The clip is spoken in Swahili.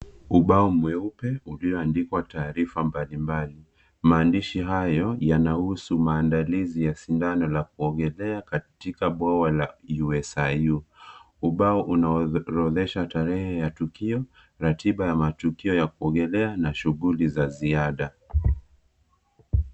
Ubao mweupe, ulioandikwa taarifa mbali mbali. Maandishi hayo yanahusu maandalizi ya shindanola kuogelea katika bawa ya USIU. Ubao unaorodhesha tarehe ya tukio, ratiba ya matukio ya kuogelea, na shughuli za ziada.